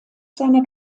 seiner